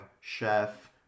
chef